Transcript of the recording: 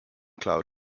cloud